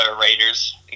Raiders